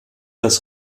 das